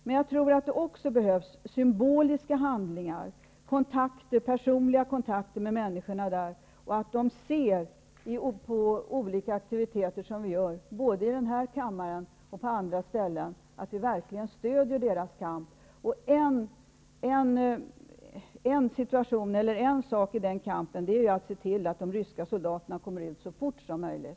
Men jag tror också att det behövs symboliska handlingar och personliga kontakter med människorna där. De behöver verkligen få se att vi genom olika aktiviteter, både i denna kammare och på andra ställen, stöder deras kamp. Ett inslag i den kampen är att se till att de ryska soldaterna kommer ut så snabbt som möjligt.